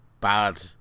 bad